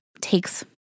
takes